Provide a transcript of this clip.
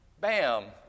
bam